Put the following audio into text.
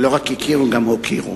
לא רק הכירו, גם הוקירו.